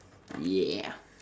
ya